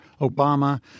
Obama